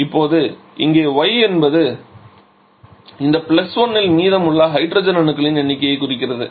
இப்போது இங்கே y என்பது இந்த 1 இல் மீதமுள்ள ஹைட்ரஜன் அணுக்களின் எண்ணிக்கையைக் குறிக்கிறது